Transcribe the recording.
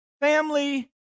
family